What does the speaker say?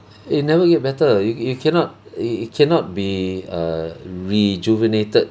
it never get better you you cannot it it cannot be err rejuvenated